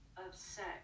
upset